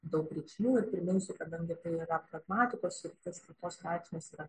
daug reikšmių ir priminsiu kadangi tai yra pragmatikos sritis tai tos reikšmės yra